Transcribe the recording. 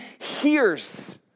hears